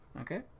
Okay